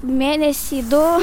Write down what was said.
mėnesį du